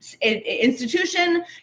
institution